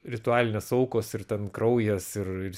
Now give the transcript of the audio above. ritualinės aukos ir ten kraujas ir ir